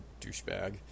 douchebag